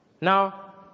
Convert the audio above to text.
Now